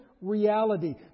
reality